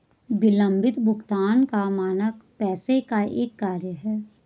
विलम्बित भुगतान का मानक पैसे का एक कार्य है